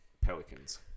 Pelicans